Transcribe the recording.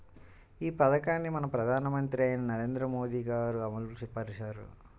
ఈ పథకాన్ని మన ప్రధానమంత్రి అయిన నరేంద్ర మోదీ గారు అమలు పరిచారు